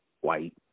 white